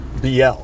BL